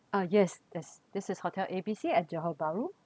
ah yes yes this is hotel A B C at johor bahru